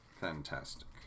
fantastic